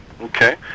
Okay